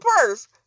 purse